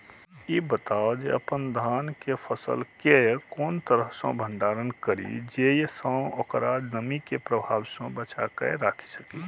ई बताऊ जे अपन धान के फसल केय कोन तरह सं भंडारण करि जेय सं ओकरा नमी के प्रभाव सं बचा कय राखि सकी?